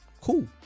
Cool